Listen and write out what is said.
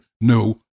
no